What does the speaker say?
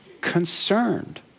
concerned